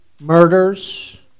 murders